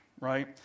right